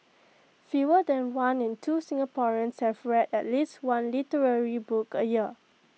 fewer than one in two Singaporeans have read at least one literary book A year